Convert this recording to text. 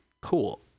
cool